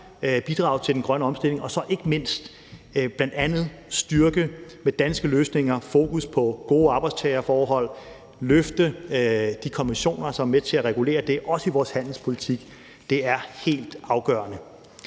bidrage til den grønne omstilling, og ikke mindst, med danske løsninger, bl.a. styrke og have fokus på gode arbejdstagerforhold og løfte de konventioner, som er med til at regulere det, også i vores handelspolitik. Det er helt afgørende.